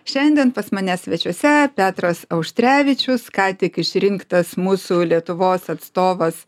šiandien pas mane svečiuose petras auštrevičius ką tik išrinktas mūsų lietuvos atstovas